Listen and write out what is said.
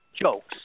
jokes